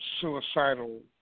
suicidal